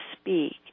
speak